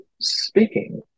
speaking